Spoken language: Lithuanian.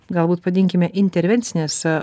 galbūt pavadinkime intervencines